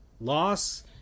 loss